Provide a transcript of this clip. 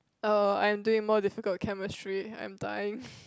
oh I'm doing more difficult chemistry I'm dying